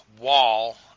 wall